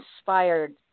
inspired